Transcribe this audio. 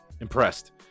impressed